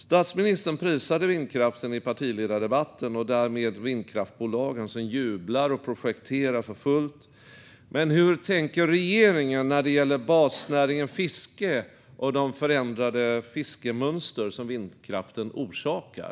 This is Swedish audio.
Statsministern prisade vindkraften i partiledardebatten och därmed vindkraftsbolagen, som jublar och projekterar för fullt. Men hur tänker regeringen när det gäller basnäringen fiske och de förändrade fiskemönster som vindkraften orsakar?